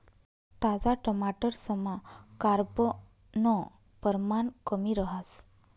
ताजा टमाटरसमा कार्ब नं परमाण कमी रहास